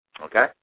Okay